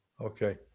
Okay